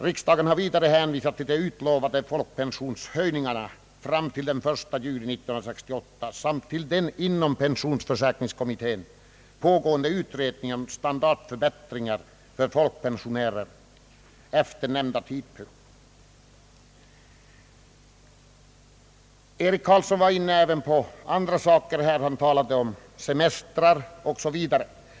Riksdagen har vidare hänvisat till de utlovade folkpensionshöjningarna fram till den 1 juli 1968 samt till den inom pensionsförsäkringskommittén pågående utredningen om standardförbättringar för folkpensionärer efter nämnda tidpunkt. Herr Eric Carlsson talade även om semestrar osv.